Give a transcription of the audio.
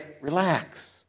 relax